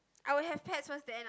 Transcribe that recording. I would have pets first then I